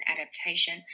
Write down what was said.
adaptation